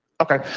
Okay